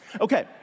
Okay